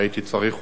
והייתי צריך עוד,